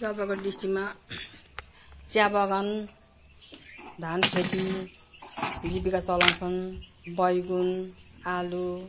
जलपाइगुडी डिस्ट्रिकमा चियाबगान धानखेती जीविका चलाउँछौँ बैगुन आलु